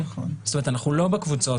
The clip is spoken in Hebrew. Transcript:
זאת אומרת אנחנו לא בקבוצות.